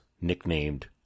nicknamed